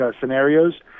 scenarios